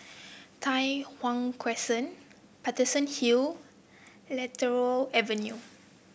Tai Hwan Crescent Paterson Hill Lentor Avenue